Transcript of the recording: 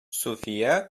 суфия